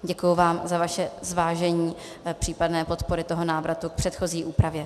Děkuji vám za vaše zvážení případné podpory toho návratu k předchozí úpravě.